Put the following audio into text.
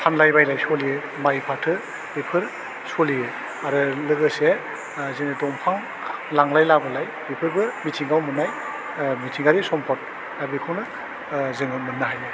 फानलाइ बायलाइ सलियो माय फाथो बेफोर सलियो आरो गोलोसे ओह जों दंफां लांलाइ लाबोलाइ बेफोरबो मिथिगायाव मोन्नाय ओह मिथिंगारि सम्पद दा बेखौनो ओह जोङो मोननो हायो